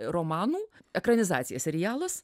romanų ekranizacija serialas